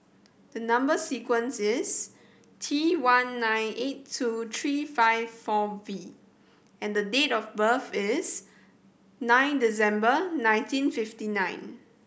the number sequence is T one nine eight two three five four V and date of birth is nine December nineteen fifty nine